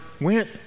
went